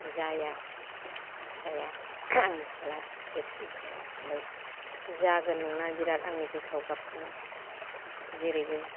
जाया फिसाया आंनि फिसाला देरसिन फिसाया ओमफाय जागोन नंनानै बेराद आंनि गोसोआव गाबखाङो जेरैबो